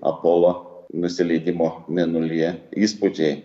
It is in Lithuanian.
apolo nusileidimo mėnulyje įspūdžiai